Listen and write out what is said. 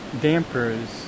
dampers